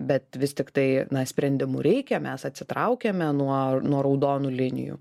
bet vis tiktai na sprendimų reikia mes atsitraukėme nuo nuo raudonų linijų